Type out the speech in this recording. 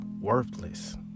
worthless